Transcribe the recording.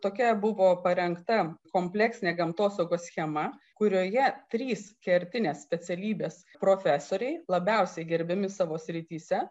tokia buvo parengta kompleksinė gamtosaugos schema kurioje trys kertinės specialybės profesoriai labiausiai gerbiami savo srityse